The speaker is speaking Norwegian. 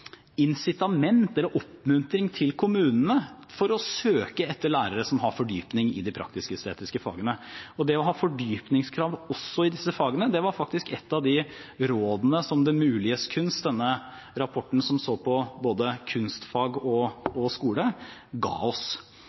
eller oppmuntring, for kommunene til å søke etter lærere som har fordypning i de praktisk-estetiske fagene. Det å ha fordypningskrav også i disse fagene var faktisk et av de rådene som «Det muliges kunst», denne rapporten som så på både kunstfag og skole, ga oss.